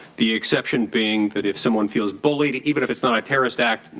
the exception being that if someone feels bullied even if it's not a terrorist act,